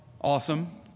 awesome